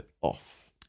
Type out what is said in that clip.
off